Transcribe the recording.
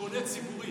שבונה ציבורית.